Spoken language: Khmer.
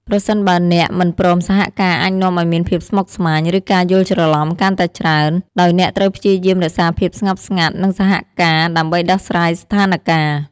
ប្រសិនបើអ្នកមិនព្រមសហការអាចនាំឱ្យមានភាពស្មុគស្មាញ ឬការយល់ច្រឡំកាន់តែច្រើន ដោយអ្នកត្រូវព្យាយាមរក្សាភាពស្ងប់ស្ងាត់ និងសហការដើម្បីដោះស្រាយស្ថានការណ៍។